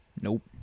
Nope